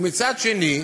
ומצד שני,